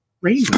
rain